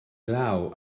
law